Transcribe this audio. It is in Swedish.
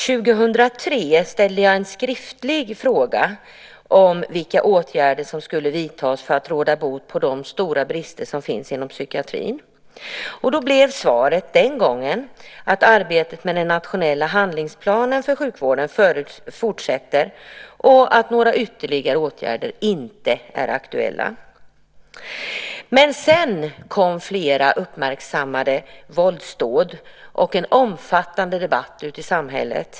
2003 ställde jag en skriftlig fråga om vilka åtgärder som skulle vidtas för att råda bot på de stora brister som finns inom psykiatrin. Då blev svaret den gången att arbetet med den nationella handlingsplanen för sjukvården fortsätter och att några ytterligare åtgärder inte är aktuella. Men sedan inträffade flera uppmärksammade våldsdåd, och det blev en omfattande debatt ute i samhället.